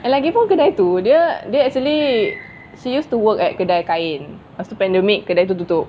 lagipun kedai tu dia actually she used to work at kedai kain pastu pandemic kedai tu tutup